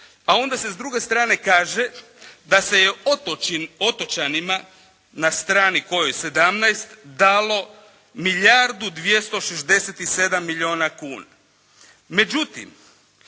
A onda se s druge strane kaže da se otočanima na strani, kojoj, 17 dalo milijardu 267 milijuna kuna. Međutim,